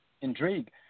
intrigue